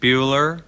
Bueller